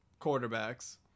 quarterbacks